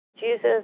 Jesus